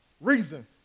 Reason